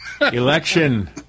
election